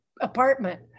apartment